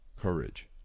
Courage